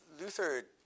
Luther